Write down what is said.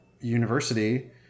university